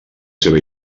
seva